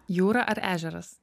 jūra ar ežeras